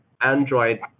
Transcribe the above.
Android